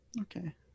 Okay